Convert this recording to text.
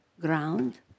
ground